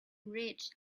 rich